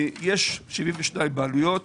יש 72 בעלויות,